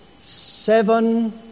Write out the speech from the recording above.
seven